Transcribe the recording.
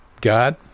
God